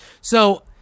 So-